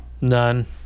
None